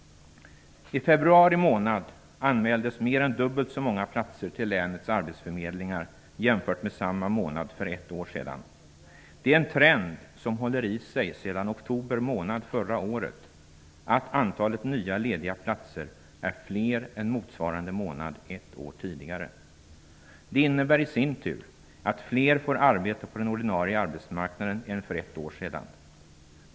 I februari månad anmäldes mer än dubbelt så många platser till länets arbetsförmedlingar jämfört med samma månad för ett år sedan. Det är en trend som håller i sig sedan oktober månad förra året att antalet nya lediga platser är större än motsvarande månad ett år tidigare. Det innebär i sin tur att fler får arbete på den ordinarie arbetsmarknaden än för ett år sedan.